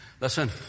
Listen